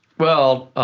well,